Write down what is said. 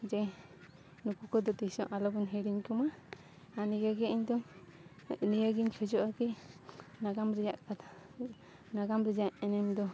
ᱡᱮ ᱱᱩᱠᱩ ᱠᱚᱫᱚ ᱛᱤᱥᱦᱚᱸ ᱟᱞᱚᱵᱚᱱ ᱦᱤᱲᱤᱧ ᱠᱚᱢᱟ ᱟᱨ ᱱᱤᱭᱟᱹᱜᱮ ᱤᱧᱫᱚ ᱱᱤᱭᱟᱹᱜᱤᱧ ᱠᱷᱚᱡᱚᱜᱼᱟ ᱠᱤ ᱱᱟᱜᱟᱢ ᱨᱮᱭᱟᱜ ᱠᱟᱛᱷᱟ ᱱᱟᱜᱟᱢ ᱨᱮᱭᱟᱜ ᱮᱱᱮᱢ ᱫᱚ